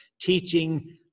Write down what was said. teaching